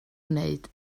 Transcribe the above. wneud